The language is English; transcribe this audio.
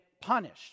punished